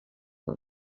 par